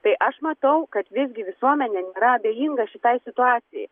tai aš matau kad visgi visuomenė nėra abejinga šitai situacijai